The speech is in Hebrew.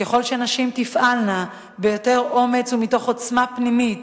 ככל שנשים תפעלנה ביותר אומץ ומתוך עוצמה פנימית,